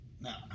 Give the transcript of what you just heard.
Now